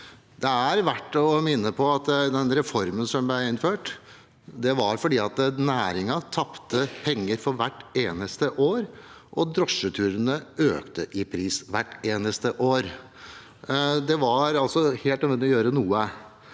Det er verdt å minne om at den reformen som ble innført, skjedde fordi næringen tapte penger hvert eneste år, og drosjeturene økte i pris hvert eneste år. Det var altså helt nødvendig å gjøre noe.